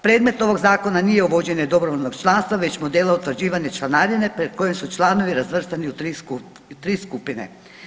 Predmet ovog zakona nije uvođenje dobrovoljnog članstva, već model utvrđivanja članarine pred kojim su članovi razvrstani u tri skupine.